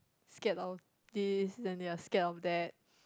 scared of this then they are scared of that